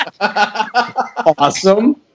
Awesome